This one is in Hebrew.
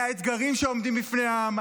מהאתגרים שעומדים בפני העם.